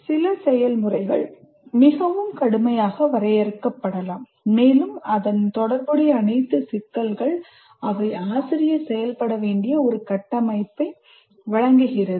சில செயல்முறைகள் மிகவும் கடுமையாக வரையறுக்கப்படலாம் மேலும் அதன் தொடர்புடைய அனைத்து சிக்கல்கள் அவை ஆசிரியர் செயல்பட வேண்டிய ஒரு கட்டமைப்பை வழங்குகிறது